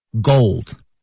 gold